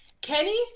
kenny